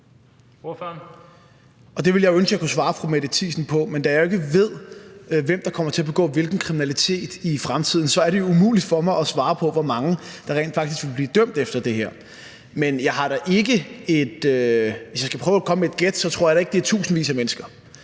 Det ville jeg jo ønske at jeg kunne svare fru Mette Thiesen på, men da jeg jo ikke ved, hvem der kommer til at begå hvilken kriminalitet i fremtiden, så er det jo umuligt for mig at svare på, hvor mange der rent faktisk vil blive dømt efter det her. Men hvis jeg skal prøve at komme med et gæt, tror jeg da ikke, det er tusindvis af mennesker.